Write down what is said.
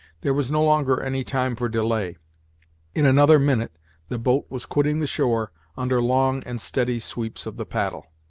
there was no longer any time for delay in another minute the boat was quitting the shore under long and steady sweeps of the paddle.